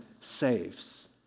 saves